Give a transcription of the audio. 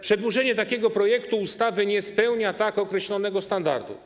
Przedłożenie tego projektu ustawy nie spełnia tak określonego standardu.